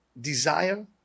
desire